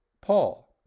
Paul